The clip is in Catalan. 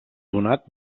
donat